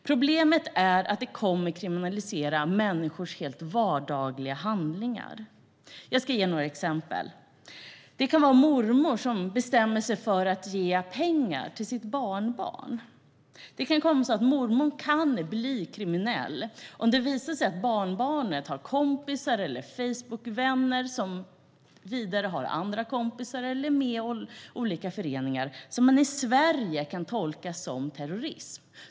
Problemet är att man kommer att kriminalisera människors helt vardagliga handlingar. Jag ska nämna några exempel. Mormor bestämmer sig för att ge pengar till sitt barnbarn. Mormodern kan då bli kriminell om det visar sig att barnbarnet har kompisar eller Facebookvänner som har andra kompisar som är med i olika föreningar som man i Sverige kan tolka som terrorism.